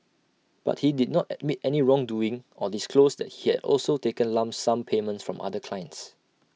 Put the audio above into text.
but he did not admit any wrongdoing or disclose that he had also taken lump sum payments from other clients